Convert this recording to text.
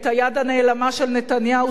היד הנעלמה של נתניהו,